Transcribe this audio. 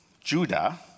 Judah